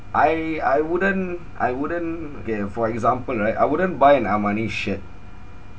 I I wouldn't I wouldn't okay for example right I wouldn't buy an armani shirt